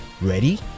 Ready